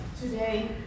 today